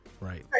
Right